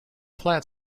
flat